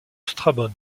strabon